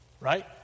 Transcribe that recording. right